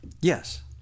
Yes